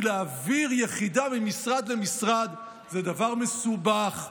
כי להעביר יחידה ממשרד למשרד זה דבר מסובך,